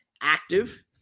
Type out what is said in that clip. active